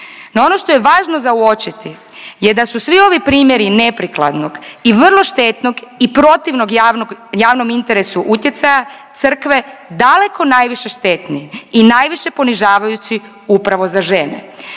ono što je važno za uočiti je da su svi ovi primjeri neprikladnog i vrlo štetnog i protivnom javnom interesu utjecaja Crkve daleko najviše štetni i najviše ponižavajući upravo za žene.